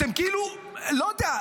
אתם, כאילו, לא יודע,